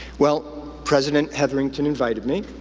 well, president hetherington invited me,